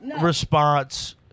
response